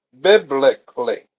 biblically